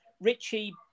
Richie